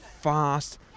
fast